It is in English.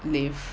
live